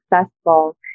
successful